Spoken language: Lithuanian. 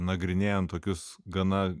nagrinėjant tokius gana